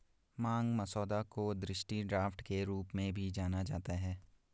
मांग मसौदा को दृष्टि ड्राफ्ट के रूप में भी जाना जाता है